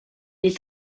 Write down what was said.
est